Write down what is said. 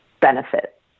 benefit